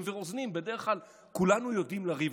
ורוזנים בדרך כלל כולנו יודעים לריב.